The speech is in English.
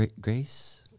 Grace